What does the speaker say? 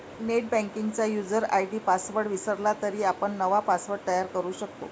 नेटबँकिंगचा user ID password विसरला तरी आपण नवा पासवर्ड तयार करू शकतो